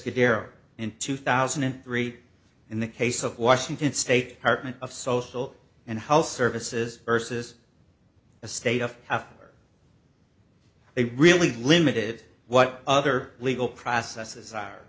coderre in two thousand and three in the case of washington state department of social and health services ursus a state of how they really limited what other legal processes are